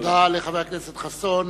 תודה לחבר הכנסת חסון.